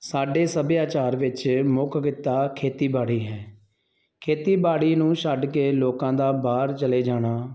ਸਾਡੇ ਸੱਭਿਆਚਾਰ ਵਿੱਚ ਮੁੱਖ ਕਿੱਤਾ ਖੇਤੀਬਾੜੀ ਹੈ ਖੇਤੀਬਾੜੀ ਨੂੰ ਛੱਡ ਕੇ ਲੋਕਾਂ ਦਾ ਬਾਹਰ ਚਲੇ ਜਾਣਾ